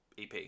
EP